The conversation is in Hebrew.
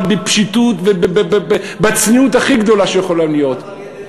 בפשטות ובצניעות הכי גדולה שיכולה להיות.